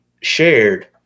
shared